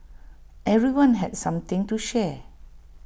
everyone had something to share